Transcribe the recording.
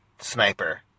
Sniper